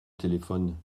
téléphone